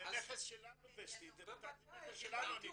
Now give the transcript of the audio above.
זה נכס שלנו וסטי, זה מותג שלנו.